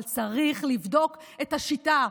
אבל צריך לבדוק את השיטה,